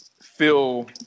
feel